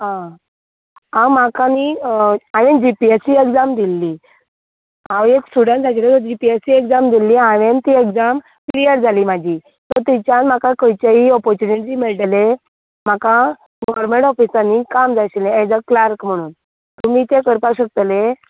आं आं म्हाका न्ही हांवे G P S C exam दिल्ली हांव एक स्टुडंट जाचें खातीर G P S C exam दिल्ली हांवेन ती एक्जाम क्लियर जाली म्हाजी सो थंयच्यान म्हाका खंयची तरी ऑपोरच्युनिटी मेळटलें म्हाका गव्हरमेन्ट ऑफिसांनी काम जाय आशिल्लें एज अ क्लार्क म्हणून तुमी तें करपाक शकतले